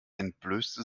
entblößte